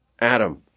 Adam